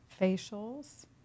facials